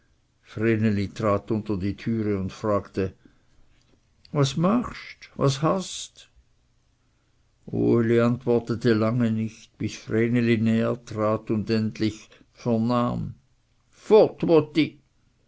trat unter die türe und fragte was machst was hast uli antwortete lange nicht bis vreneli näher trat und endlich vernahm